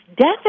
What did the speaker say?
Death